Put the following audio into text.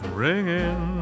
ringing